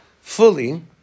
fully